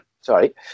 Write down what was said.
sorry